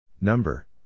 Number